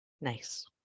Nice